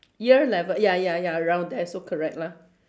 ear level ya ya ya around there so correct lah